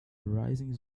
rising